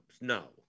No